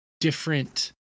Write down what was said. different